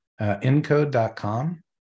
encode.com